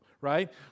right